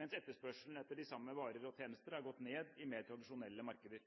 mens etterspørselen etter de samme varer og tjenester har gått ned i mer tradisjonelle markeder.